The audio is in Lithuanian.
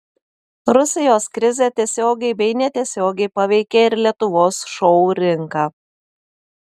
rusijos krizė tiesiogiai bei netiesiogiai paveikė ir lietuvos šou rinką